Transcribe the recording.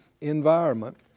environment